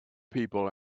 people